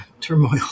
turmoil